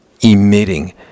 emitting